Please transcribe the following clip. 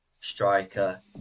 striker